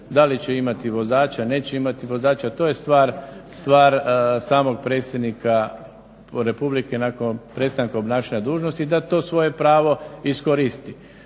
da li će imati vozača, neće imati vozača to je stvar samog predsjednika republike nakon prestanka obnašanja dužnosti da to svoje pravo iskoristi.